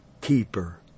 keeper